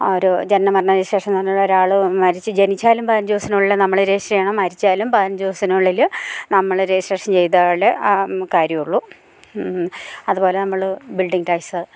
ഓരോ ജനന മരണ രജിസ്ട്രേഷനെന്നു പറഞ്ഞാൽ ഒരാൾ മരിച്ച് ജനിച്ചാലും പതിനഞ്ചു ദിവസത്തിനുള്ളിൽ നമ്മൾ രജിസ്ടർ ചെയ്യണം മരിച്ചാലും പതിനഞ്ചു ദിവസത്തിനുള്ളിൽ നമ്മൾ രജിസ്ട്രേഷൻ ചെയ്താൽ ആ കാര്യമുള്ളൂ അതു പോലെ നമ്മൾ ബിൽഡിങ് ടാക്സ്